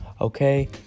Okay